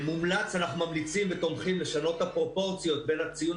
אנחנו ממליצים ותומכים לשנות את הפרופורציות בין הציון